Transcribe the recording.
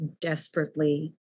desperately